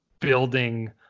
building